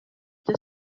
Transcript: ibyo